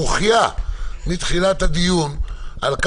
זה אומר שההחלטה לא מתחילה מלמעלה,